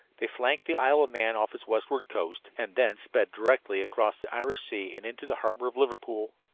they flanked the isle of man off its westward coast, and thence sped directly across the irish sea and into the harbor of liverpool.